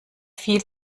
viel